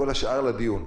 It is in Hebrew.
וכל השאר לדיון.